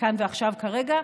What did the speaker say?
כאן ועכשיו כרגע.